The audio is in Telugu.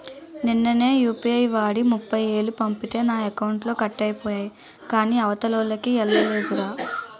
నిన్ననే యూ.పి.ఐ వాడి ముప్ఫైవేలు పంపితే నా అకౌంట్లో కట్ అయిపోయాయి కాని అవతలోల్లకి ఎల్లలేదురా